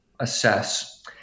assess